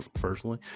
personally